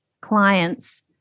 clients